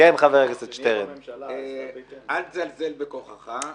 אל תזלזל בכוחך.